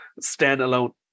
standalone